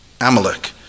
Amalek